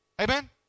Amen